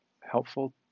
helpful